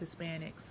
Hispanics